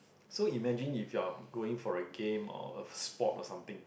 so imagine if you are going for a game or a sport or something